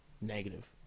negative